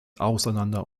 auseinander